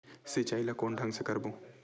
सिंचाई ल कोन ढंग से करबो?